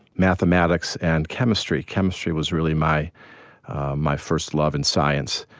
mathematics and chemistry. chemistry was really my my first love in science.